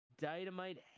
dynamite